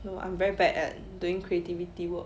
no I'm very bad at doing creativity work